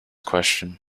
question